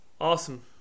Awesome